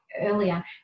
earlier